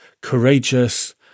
courageous